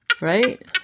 Right